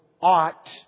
ought